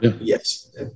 yes